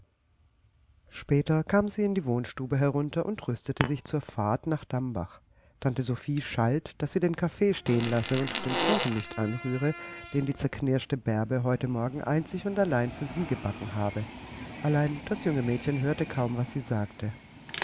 später kam sie in die wohnstube herunter und rüstete sich zur fahrt nach dambach tante sophie schalt daß sie den kaffee stehen lasse und den kuchen nicht anrühre den die zerknirschte bärbe heute morgen einzig und allein für sie gebacken habe allein das junge mädchen hörte kaum was sie sagte